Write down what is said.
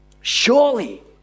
Surely